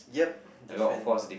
yup different